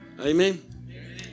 Amen